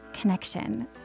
connection